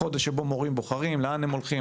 זה חודש שבו מורים בוחרים לאן הם הולכים.